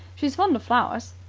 she's fond of flowers.